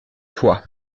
toi